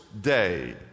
day